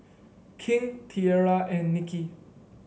King Tierra and Nicky